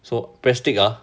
so press tick ah